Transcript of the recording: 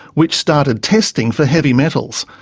which started testing for heavy metals.